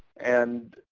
and